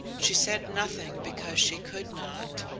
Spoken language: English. she said nothing because she could not.